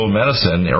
medicine